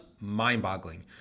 mind-boggling